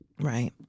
right